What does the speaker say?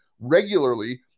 regularly